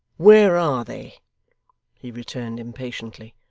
where are they he returned impatiently.